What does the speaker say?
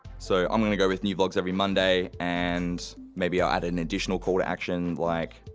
so, i'm gonna go with new vlogs every monday and maybe i'll add an additional call to action, like,